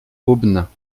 aubenas